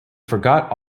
forgot